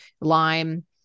lime